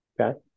Okay